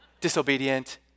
Disobedient